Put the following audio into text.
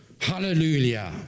Hallelujah